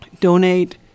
donate